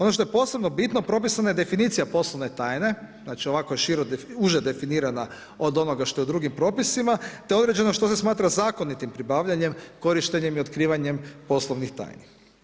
Ono što je posebno bitno propisana je definicija poslovne tajne, znači ovako je uže definirana od onoga što je u drugim propisima te je određeno što se smatra zakonitim pribavljanjem, korištenjem i otkrivanjem poslovnih tajni.